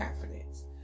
confidence